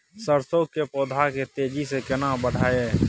सरसो के पौधा के तेजी से केना बढईये?